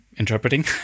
interpreting